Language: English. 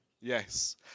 Yes